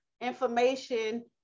information